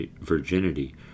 virginity